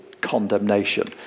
condemnation